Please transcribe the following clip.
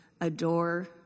adore